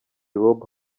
rob